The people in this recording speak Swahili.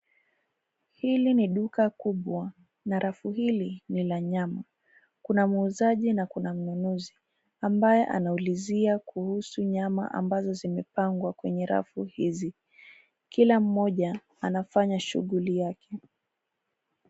Hili ni duka kubwa na rafu hili ni la nyama. Kuna mwuzaji na kuna mnunuzi ambaye anaulizia kuhusu nyama ambazo zimepangwa kwenye rafu hili. Kila mmoja anafanya shughuli yake.